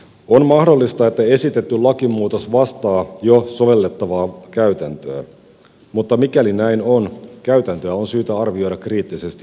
on mahdollista että esitetty lakimuutos vastaa jo sovellettavaa käytäntöä mutta mikäli näin on käytäntöä on syytä arvioida kriittisesti uudelleen